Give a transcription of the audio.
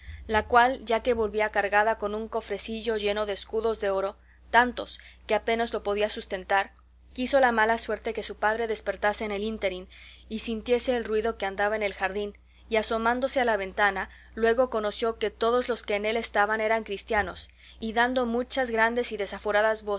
la cual ya que volvía cargada con un cofrecillo lleno de escudos de oro tantos que apenas lo podía sustentar quiso la mala suerte que su padre despertase en el ínterin